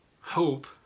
hope